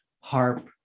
harp